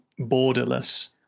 borderless